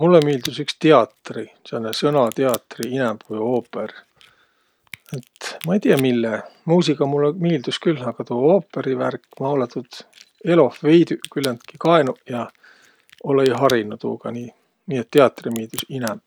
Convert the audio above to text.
Mullõ miildüs iks tiatri, sääne sõnatiatri, inämb ku oopõr. Et ma ei tiiäq, mille. Muusiga mullõ miildüs külh, a tuu oopõrivärk, ma olõ tuud eloh veidüq küländki kaenuq ja olõ-õi harinuq tuuga nii.